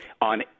On